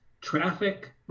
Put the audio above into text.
Traffic